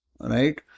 right